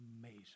amazing